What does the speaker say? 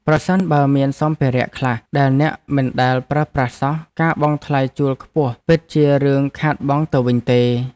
ប្រសិនបើមានសម្ភារៈខ្លះដែលអ្នកមិនដែលប្រើប្រាស់សោះការបង់ថ្លៃជួលខ្ពស់ពិតជាជារឿងខាតបង់ទៅវិញទេ។